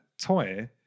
toy